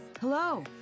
Hello